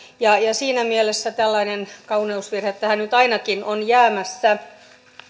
siinä mielessä tällainen kauneusvirhe tähän nyt ainakin on jäämässä